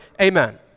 Amen